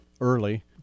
early